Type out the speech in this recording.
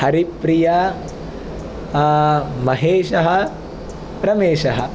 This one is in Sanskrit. हरिप्रिया महेशः रमेशः